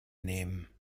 nehmen